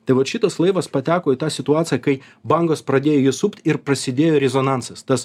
tai vat šitas laivas pateko į tą situaciją kai bangos pradėjo jį supt ir prasidėjo rezonansas tas